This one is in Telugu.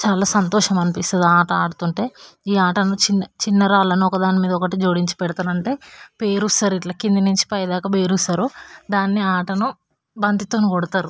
చాలా సంతోషం అనిపిస్తుంది ఆ ఆట ఆడుతుంటే ఈ ఆటను చిన్న చిన్నరాళ్ళను ఒకదాని మీద ఒకటి జోడించి పెడతారు అంటే పేరుస్తారు ఇట్ల కిందనుంచి పైదాకా పేరుస్తారు దాన్ని ఆ ఆటను బంతితో కొడతారు